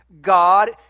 God